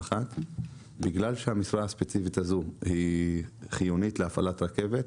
בגלל שהמשרה הספציפית הזו היא חיונית להפעלת רכבת,